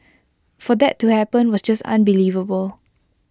for that to happen was just unbelievable